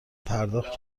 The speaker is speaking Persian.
پرداخت